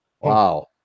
wow